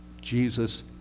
Jesus